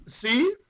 See